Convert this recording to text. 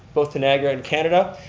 both to niagara and canada.